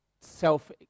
self